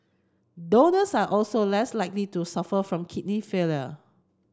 donors are also less likely to suffer from kidney failure